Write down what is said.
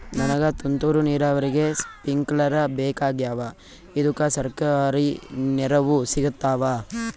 ನನಗ ತುಂತೂರು ನೀರಾವರಿಗೆ ಸ್ಪಿಂಕ್ಲರ ಬೇಕಾಗ್ಯಾವ ಇದುಕ ಸರ್ಕಾರಿ ನೆರವು ಸಿಗತ್ತಾವ?